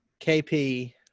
KP